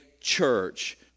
church